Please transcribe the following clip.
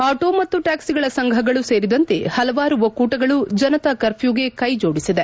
auto ಮತ್ತು ಟ್ಯಾಕ್ಸಿಗಳ ಸಂಘಗಳು ಸೇರಿದಂತೆ ಹಲವಾರು ಒಕ್ಕೂಟಗಳು ಜನತಾ ಕರ್ಫ್ಯೂಗೆ ಕೈ ಜೋಡಿಸಿದೆ